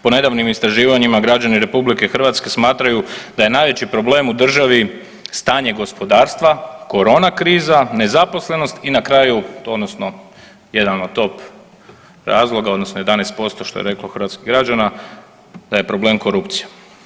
Po nedavnim istraživanjima građani RH smatraju da je najveći problem u državi stanje gospodarstva, korona kriza, nezaposlenost i na kraju odnosno jedan od top razloga odnosno 11% što je reklo hrvatskih građana da je problem korupcija.